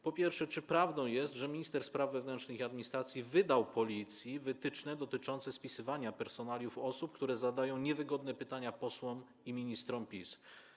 Po pierwsze, czy prawdą jest, że minister spraw wewnętrznych i administracji wydał Policji wytyczne dotyczące spisywania personaliów osób, które zadają niewygodne pytania posłom i ministrom PiS?